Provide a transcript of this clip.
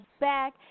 back